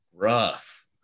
Rough